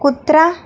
कुत्रा